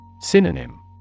Synonym